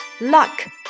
Luck